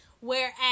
Whereas